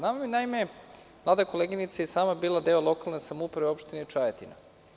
Naime, mlada koleginica je i sama bila deo lokalne samouprave u Opštini Čajetina.